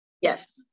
yes